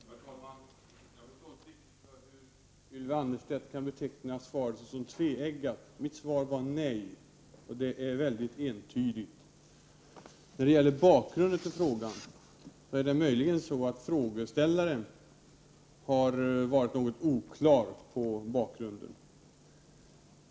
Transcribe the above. Herr talman! Jag förstår inte riktigt hur Ylva Annerstedt kan beteckna svaret som tveeggat. Mitt svar var nej, och det är väldigt entydigt. När det gäller bakgrunden till frågan är det möjligt att den har varit litet oklar för frågeställaren.